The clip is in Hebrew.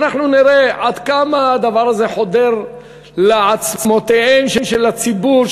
אנחנו נראה עד כמה הדבר הזה חודר לעצמותיהם של הציבור,